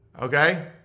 Okay